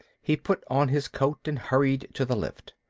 he put on his coat and hurried to the lift.